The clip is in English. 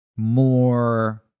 more